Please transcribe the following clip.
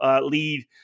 lead